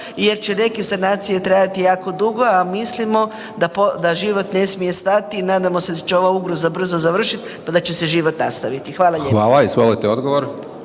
jer će neke sanacije trajati jako dugo, a mislimo da život da ne smije stati i nadamo da će ova ugroza brzo završiti, pa da će se život nastaviti. Hvala lijepo. **Hajdaš Dončić, Siniša